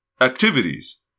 activities